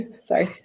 Sorry